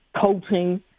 coaching